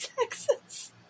Texas